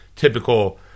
Typical